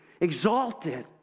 exalted